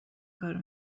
کارو